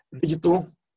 digital